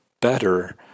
better